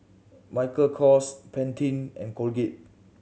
Michael Kors Pantene and Colgate